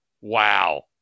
Wow